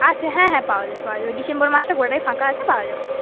আচ্ছা হ্যাঁ হ্যাঁ পাওয়া যাবে পাওয়া যাবে ডিসেম্বর মাসটা গোটাটাই ফাঁকা আছে পাওয়া যাবে